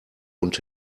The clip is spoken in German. und